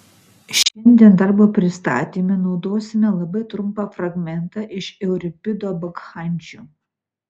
šiandien darbo pristatyme naudosime labai trumpą fragmentą iš euripido bakchančių